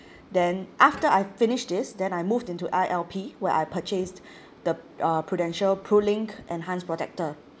then after I finished this then I moved into I_L_P where I purchased the uh Prudential PruLink enhanced protector